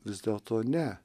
vis dėlto ne